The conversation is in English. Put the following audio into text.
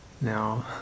now